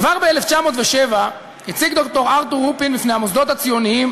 כבר ב-1907 הציג ד"ר ארתור רופין בפני המוסדות הציוניים